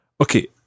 Okay